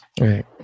Right